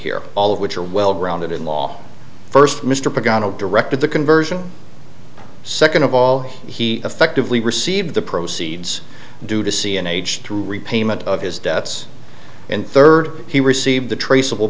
here all of which are well grounded in law first mr director the conversion second of all he effectively received the proceeds due to see an age to repayment of his debts and third he received the traceable